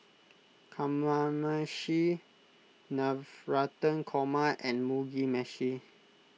Kamameshi Navratan Korma and Mugi Meshi